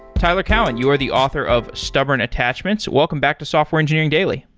tyler cowen, you are the author of stubborn attachments. welcome back to software engineering daily.